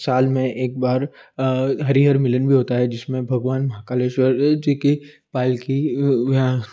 साल में एक बार हरीहर मिलन भी होता है जिसमें भगवान महाकालेश्वर जी की पायल की यहाँ